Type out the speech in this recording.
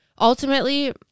Ultimately